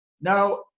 Now